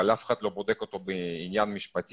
אבל אף אחד לא בודק אותו בעניין משפטי,